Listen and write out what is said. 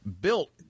built